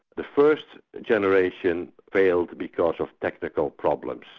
the first generation failed because of technical problems.